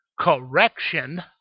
correction